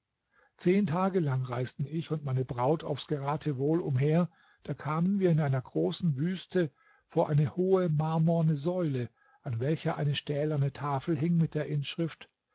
zehn tage lang reisten ich und meine braut aufs geratewohl umher da kamen wir in einer großen wüste vor eine hohe marmorne säule an welcher eine stählerne tafel hing mit der inschrift